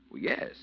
Yes